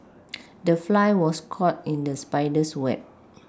the fly was caught in the spider's web